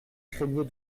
craignez